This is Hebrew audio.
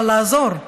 אבל לעזור,